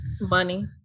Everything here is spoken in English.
Money